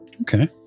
Okay